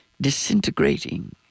disintegrating